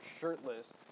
shirtless